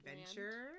Adventure